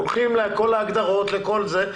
הולכים לכל ההגדרות, לכל זה.